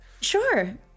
Sure